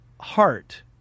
heart